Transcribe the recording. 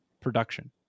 production